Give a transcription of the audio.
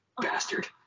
Bastard